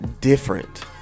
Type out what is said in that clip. different